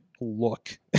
look